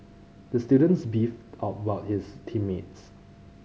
the students beefed about his team mates